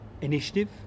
initiative